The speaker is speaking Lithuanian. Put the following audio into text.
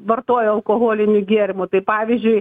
vartojo alkoholinių gėrimų tai pavyzdžiui